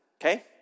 okay